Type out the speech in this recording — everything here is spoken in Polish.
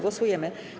Głosujemy.